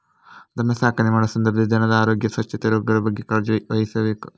ದನ ಸಾಕಣೆ ಮಾಡುವ ಸಂದರ್ಭದಲ್ಲಿ ದನದ ಆರೋಗ್ಯ, ಸ್ವಚ್ಛತೆ, ರೋಗಗಳ ಬಗ್ಗೆ ಕಾಳಜಿ ವಹಿಸ್ಬೇಕು